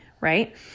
right